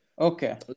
Okay